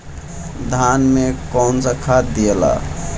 धान मे कौन सा खाद दियाला?